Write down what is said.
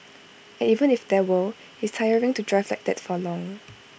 and even if there were IT is tiring to drive like that for long